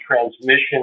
transmission